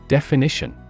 Definition